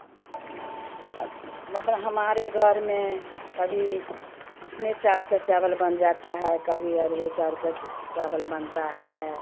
मतलब हमारे घर में कभी उसना चाउर का चावल बन जाता है कभी अरबा चाउर का चावल बनता है